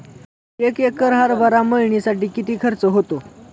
एक एकर हरभरा मळणीसाठी किती खर्च होतो?